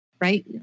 right